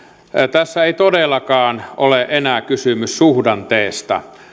tässä ei todellakaan ole enää kysymys suhdanteesta